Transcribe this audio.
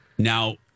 Now